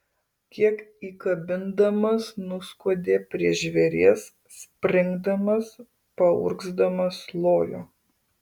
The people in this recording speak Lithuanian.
kiek įkabindamas nuskuodė prie žvėries springdamas paurgzdamas lojo